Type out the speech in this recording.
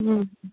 ꯎꯝ